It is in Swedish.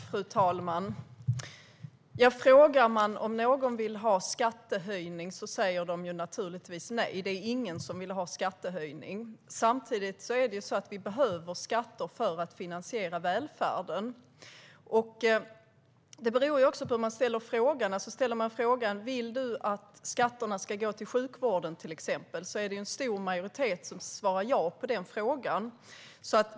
Fru talman! Frågar man om några vill ha skattehöjning säger de naturligtvis nej. Det är ingen som vill ha en skattehöjning. Samtidigt är det så att vi behöver skatter för att finansiera välfärden. Det beror också på hur man ställer frågan. Ställer man till exempel frågan "Vill du att skatterna ska gå till sjukvården?" är det en stor majoritet som svarar ja.